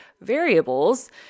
variables